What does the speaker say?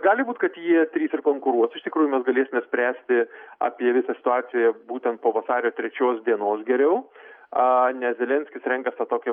gali būt kad jie trys ir konkuruos iš tikrųjų mes galėsime spręsti apie visą situaciją būtent po vasario trečios dienos geriau a nes zelenskis renkas tą tokį